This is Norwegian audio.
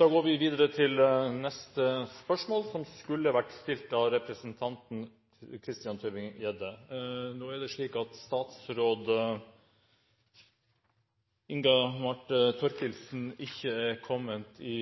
Da går vi videre til neste spørsmål, som skulle vært stilt av representanten Christian Tybring-Gjedde. Nå er det slik at statsråd Inga Marte Thorkildsen ikke er kommet i